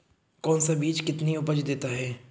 कौन सा बीज कितनी उपज देता है?